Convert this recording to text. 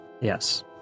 Yes